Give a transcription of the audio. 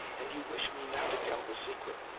and you wish me not to tell the secret.